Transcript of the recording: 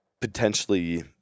potentially